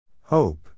Hope